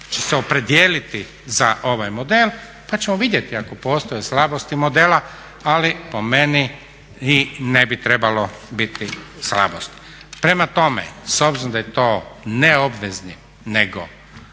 će se opredijeliti za ovaj model pa ćemo vidjeti ako postoje slabosti modela ali po meni ih ne bi trebalo biti slabosti. Prema tome, s obzirom da je to neobvezni nego